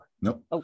Nope